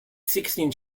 sixteen